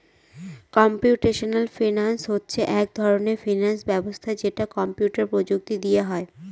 computational finance হচ্ছে এক ধরনের ফিনান্স ব্যবস্থা যেটা কম্পিউটার প্রযুক্তি দিয়ে হয়